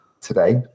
today